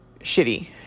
shitty